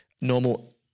normal